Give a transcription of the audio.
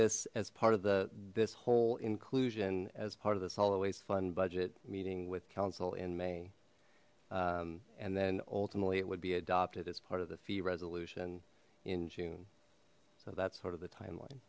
this as part of the this whole inclusion as part of this always fund budget meeting with council in may and then ultimately it would be adopted as part of the fee resolution in june so that's sort of the time